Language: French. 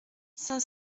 cinq